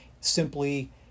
Simply